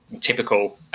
typical